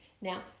Now